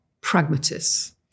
pragmatists